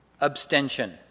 abstention